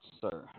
sir